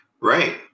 Right